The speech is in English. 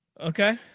Okay